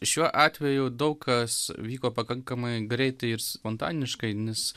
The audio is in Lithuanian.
šiuo atveju daug kas vyko pakankamai greitai ir spontaniškai nes